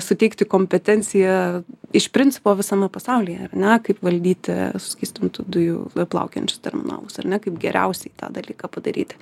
suteikti kompetenciją iš principo visame pasaulyje ar ne kaip valdyti suskystintų dujų plaukiojančius terminalus ar ne kaip geriausiai tą dalyką padaryti